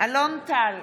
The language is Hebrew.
אלון טל,